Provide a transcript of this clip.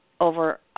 over